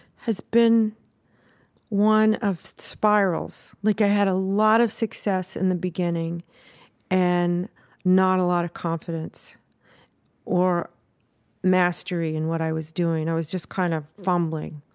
has been one of spirals. like, i had a lot of success in the beginning and not a lot of confidence or mastery in what i was doing. i was just kind of fumbling.